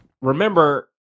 remember